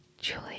Julie